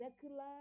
secular